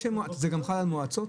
זה גם חל על מועצות?